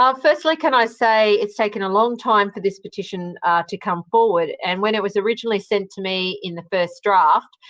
um firstly, can i say it's taken a long time for this petition to come forward and when it was originally sent to me in the first draft,